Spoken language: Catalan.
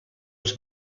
els